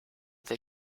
they